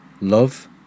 love